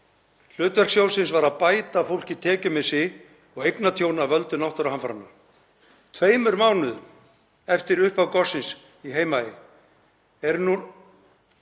Hlutverk sjóðsins var að bæta fólki tekjumissi og eignatjón af völdum náttúruhamfaranna. Tveimur mánuðum eftir upphaf gossins í Heimaey